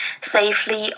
safely